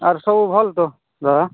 ଆର୍ ସବୁ ଭଲ୍ ତ ଦାଦା